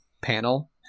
panel